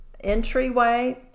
entryway